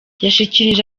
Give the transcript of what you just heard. yashikirije